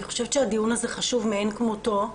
אני חושבת שהדיון הזה חשוב מעין כמותו,